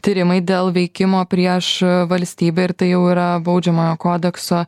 tyrimai dėl veikimo prieš valstybę ir tai jau yra baudžiamojo kodekso